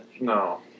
No